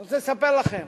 אני רוצה לספר לכם.